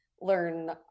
learn